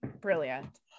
Brilliant